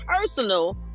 personal